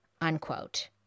unquote